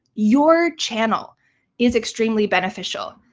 your channel is extremely beneficial.